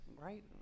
right